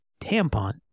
tampon